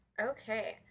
Okay